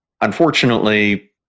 unfortunately